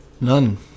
None